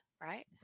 right